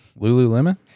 Lululemon